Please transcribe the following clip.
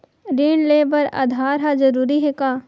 ऋण ले बर आधार ह जरूरी हे का?